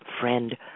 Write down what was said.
friend